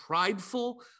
prideful